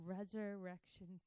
resurrection